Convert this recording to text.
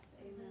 Amen